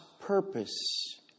purpose